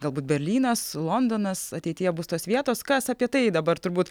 galbūt berlynas londonas ateityje bus tos vietos kas apie tai dabar turbūt